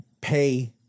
pay